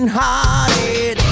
hearted